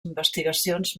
investigacions